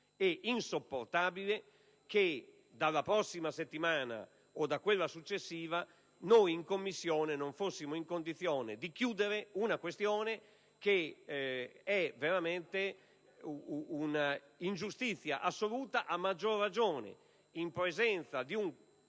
e insopportabile che dalla prossima settimana - o da quella successiva - noi in Commissione non fossimo in condizione di chiudere una questione che rappresenta veramente un'ingiustizia assoluta, a maggior ragione in presenza di un